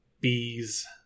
bees